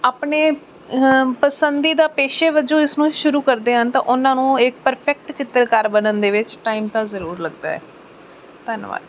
ਆਪਣੇ ਪਸੰਦੀਦਾ ਪੇਸ਼ੇ ਵਜੋਂ ਇਸਨੂੰ ਸ਼ੁਰੂ ਕਰਦੇ ਹਨ ਤਾਂ ਉਹਨਾਂ ਨੂੰ ਇੱਕ ਪਰਫੈਕਟ ਚਿੱਤਰਕਾਰ ਬਣਨ ਦੇ ਵਿੱਚ ਟਾਈਮ ਤਾਂ ਜ਼ਰੂਰ ਲੱਗਦਾ ਹੈ ਧੰਨਵਾਦ